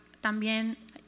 también